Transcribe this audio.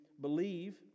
believe